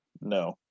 no